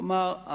כלומר,